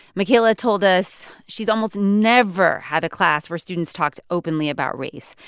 michaela told us she's almost never had a class where students talked openly about race.